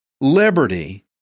Liberty